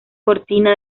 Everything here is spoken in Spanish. cortina